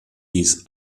dies